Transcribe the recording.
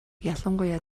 ялангуяа